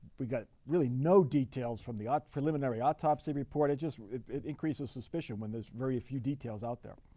we got really no details from the ah preliminary autopsy report. it just increases suspicion when there's very few details out there.